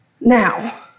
Now